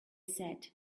said